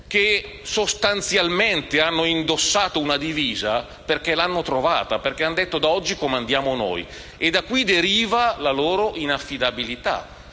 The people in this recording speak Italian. che sostanzialmente hanno indossato una divisa perché l'hanno trovata, e che hanno detto «da oggi comandiamo noi». E da qui deriva la loro inaffidabilità,